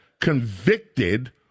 convicted